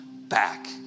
back